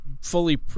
fully